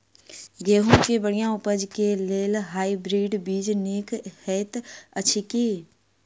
गेंहूँ केँ बढ़िया उपज केँ लेल हाइब्रिड बीज नीक हएत अछि की?